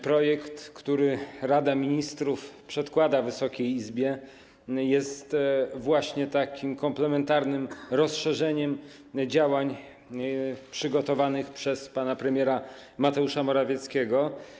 Projekt, który Rada Ministrów przedkłada Wysokiej Izbie, jest właśnie takim komplementarnym rozszerzeniem działań przygotowanych przez pana premiera Mateusza Morawieckiego.